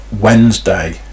Wednesday